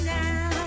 now